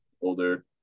older